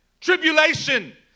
tribulation